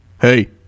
Hey